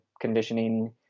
conditioning